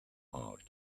heart